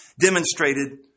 demonstrated